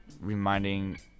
reminding